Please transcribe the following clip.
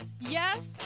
yes